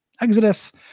Exodus